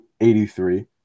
83